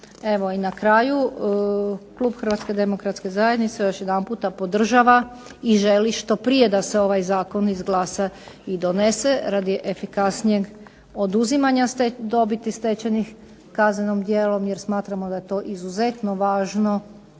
Evo i na kraju klub HDZ-a još jedanputa podržava i želi što prije da se ovaj zakon izglasa i donese radi efikasnijeg oduzimanja dobiti stečenih kaznenim djelom jer smatramo da je to izuzetno važna